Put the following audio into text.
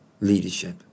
leadership